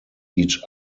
each